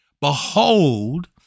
Behold